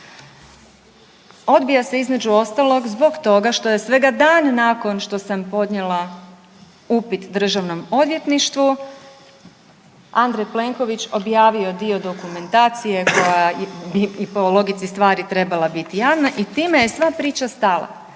Odbija se između ostalog zbog toga što je svega dan nakon što sam podnijela upit Državnom odvjetništvu Andrej Plenković objavio dio dokumentacije koja bi i po logici stvari trebala biti javna i time je sva priča stala.